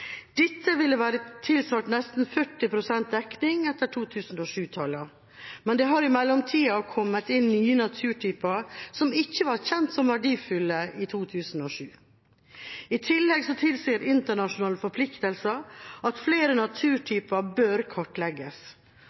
Dette ville tilsvart nesten 40 pst. dekning etter 2007-tallene, men det har i mellomtida kommet inn nye naturtyper som ikke var kjent som verdifulle i 2007. I tillegg tilsier internasjonale forpliktelser at flere naturtyper bør kartlegges.